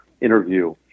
interview